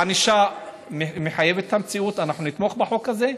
הענישה מחויבת המציאות, ואנחנו נתמוך בחוק הזה,